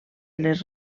les